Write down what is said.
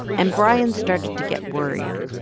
and brian started to get worried.